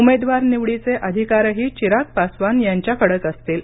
उमेदवार निवडीचे अधिकारही चिराग पासवान यांच्याकडेच असतील